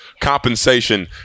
compensation